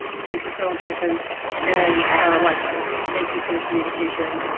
thank you, girl johnson and likewise thank you for the communication,